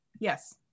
yes